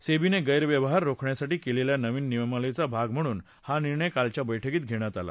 सेबीने गैरव्यवहार रोखण्यासाठी केलेल्या नवीन नियमावलीचा भाग म्हणून हा निर्णय कालच्या बैठकीत घेतला